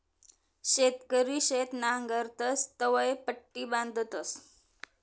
शेतकरी शेत नांगरतस तवंय पट्टी बांधतस